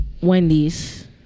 Wendy's